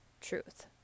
truth